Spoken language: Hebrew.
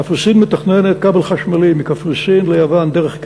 קפריסין מתכננת כבל חשמלי מקפריסין ליוון דרך כרתים,